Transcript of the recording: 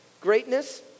Greatness